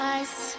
ice